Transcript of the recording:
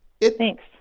Thanks